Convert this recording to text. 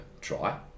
try